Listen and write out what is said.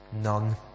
none